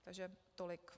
Takže tolik.